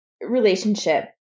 relationship